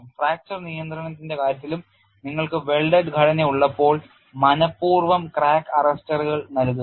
fracture നിയന്ത്രണത്തിന്റെ കാര്യത്തിലും നിങ്ങൾക്ക് welded ഘടനയുള്ളപ്പോൾ മനപൂർവ്വം ക്രാക്ക് അറസ്റ്ററുകൾ നൽകുക